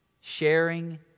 Sharing